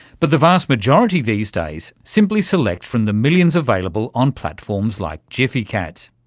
but the vast majority these days simply select from the millions available on platforms like gfycat.